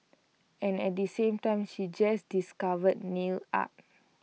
and at the same time she just discovered nail art